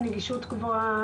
עם נגישות גבוהה,